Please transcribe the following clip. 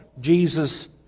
Jesus